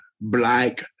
black